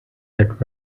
that